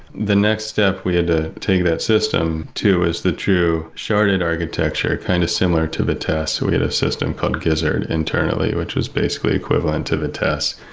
the next step we had to take that system to is the true sharded architecture kind of similar to vitess. so we had a system called gizzard internally, which was basically equivalent to vitess,